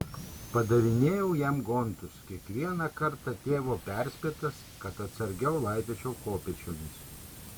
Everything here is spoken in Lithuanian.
padavinėjau jam gontus kiekvieną kartą tėvo perspėtas kad atsargiau laipiočiau kopėčiomis